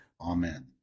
Amen